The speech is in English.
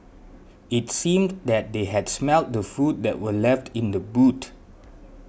it seemed that they had smelt the food that were left in the boot